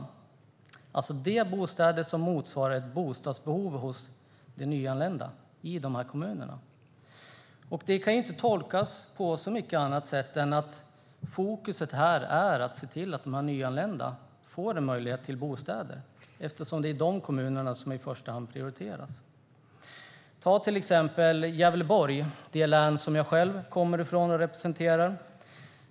Det talas alltså om de bostäder som motsvarar ett bostadsbehov hos de nyanlända i dessa kommuner, och det kan inte tolkas på så många andra sätt än att fokus är att se till att de nyanlända får en möjlighet till bostäder. Det är ju de kommunerna som i första hand prioriteras. Ta till exempel Gävleborgs län, vilket är det län jag själv kommer ifrån och representerar.